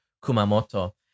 Kumamoto